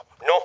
No